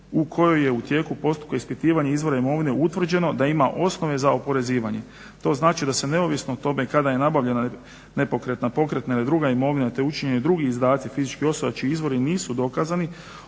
u kojoj je u tijeku postupka ispitivanja imovine utvrđeno da ima osnove za oporezivanje. To znači da se neovisno o tome kada je nabavljena nepokretna, pokretna ili druga imovina, te učine drugi izdaci fizičkih osoba čiji izvori nisu dokazani